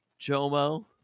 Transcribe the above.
jomo